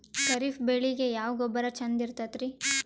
ಖರೀಪ್ ಬೇಳಿಗೆ ಯಾವ ಗೊಬ್ಬರ ಚಂದ್ ಇರತದ್ರಿ?